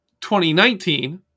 2019